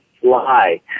fly